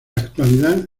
actualidad